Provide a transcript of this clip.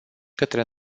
către